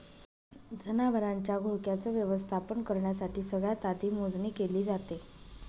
जनावरांच्या घोळक्याच व्यवस्थापन करण्यासाठी सगळ्यात आधी मोजणी केली जाते